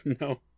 No